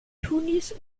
tunis